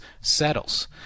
settles